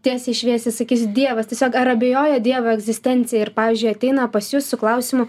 tiesiai šviesiai sakysiu dievas tiesiog ar abejoja dievo egzistencija ir pavyzdžiui ateina pas jus su klausimu